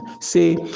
Say